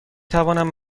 توانند